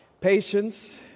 patience